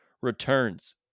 returns